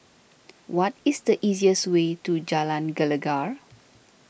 what is the easiest way to Jalan Gelegar